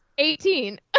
Eighteen